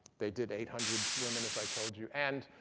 they did eight hundred women, as i told you. and